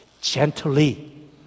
gently